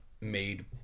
made